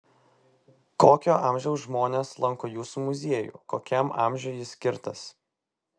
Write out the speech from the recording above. kokio amžiaus žmonės lanko jūsų muziejų kokiam amžiui jis skirtas